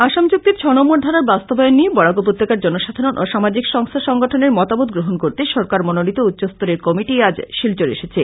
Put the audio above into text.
আসাম চুক্তির ছ নম্বর ধারার বাস্তবায়ন নিয়ে বরাক উপত্যকার জনসাধারন ও সামাজিক সংস্থা সংগঠনের মতামত গ্রহন করতে সরকার মনোনীত উচ্চস্তরের কমিটি আজ শিলচর এসেছে